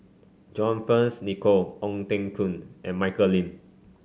John Fearns Nicoll Ong Teng Koon and Michelle Lim